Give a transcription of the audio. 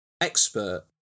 expert